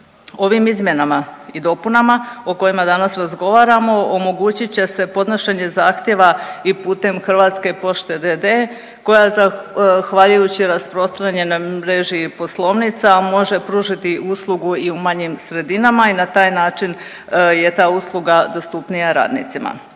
Ovim izmjenama i dopunama o kojima danas razgovaramo omogućit će se podnošenje zahtjeva i putem Hrvatske pošte d.d. koja zahvaljujući rasprostranjenoj mreži poslovnica može pružiti uslugu i u manjim sredinama i na taj način je ta usluga dostupnija radnicima.